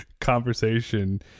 conversation